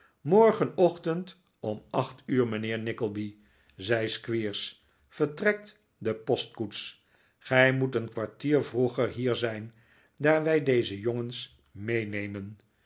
morgenochtend om acht uur mijnheer nickleby zei squeers vertrekt de postkoets gij moet een kwartier vroeger hier zijn daar wij deze jongens meenemen